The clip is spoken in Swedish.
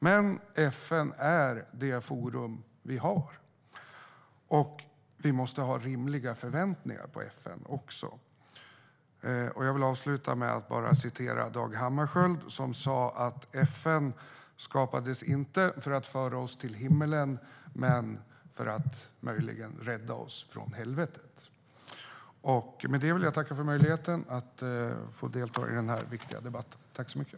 Men FN är det forum vi har. Och vi måste ha rimliga förväntningar på FN. Jag vill avsluta med att citera Dag Hammarskjöld som sa att FN skapades inte för att föra oss till himlen men för att rädda oss från helvetet. Med det vill jag tacka för möjligheten att delta i denna viktiga debatt.